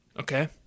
Okay